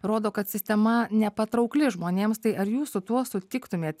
rodo kad sistema nepatraukli žmonėms tai ar jūs su tuo sutiktumėt